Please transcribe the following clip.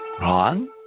Ron